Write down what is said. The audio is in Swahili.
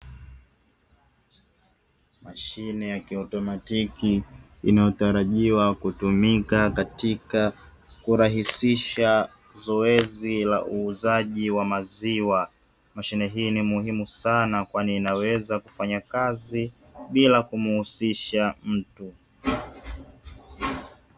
Mashine ya kiautomatiki inayo tarajiwa kutumika katika kurahisisha zoezi la uuzaji wa maziwa, mashine hii ni muhimu sana kwani inaweza kufanya kazi bila kumhusisha mtu.